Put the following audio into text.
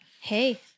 Hey